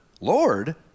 Lord